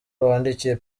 wandikiye